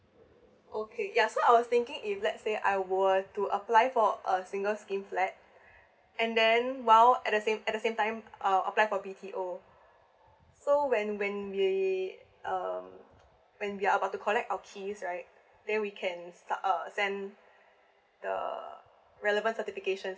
okay yeah so I was thinking if let's say I were to apply for a single schemes flat and then while at the same at the same time I'll apply for B_T_O so when when the uh when we are about to collect our keys right then we can start uh send the relevant certifications